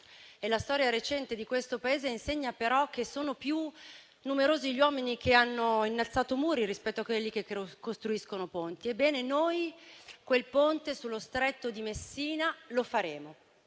la storia recente di questo Paese insegna che sono più numerosi gli uomini che hanno innalzato muri rispetto a quelli che costruiscono ponti. Ebbene, noi quel Ponte sullo Stretto di Messina lo faremo.